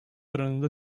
oranında